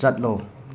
ꯆꯠꯂꯣ